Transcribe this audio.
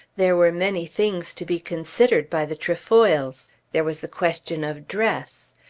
there were many things to be considered by the trefoils. there was the question of dress.